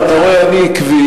לא רואים את היער.